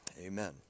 Amen